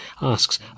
asks